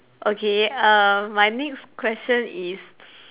okay uh my next question is